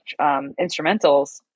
instrumentals